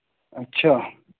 اچھا